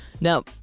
Now